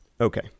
Okay